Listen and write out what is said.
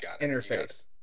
interface